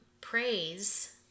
praise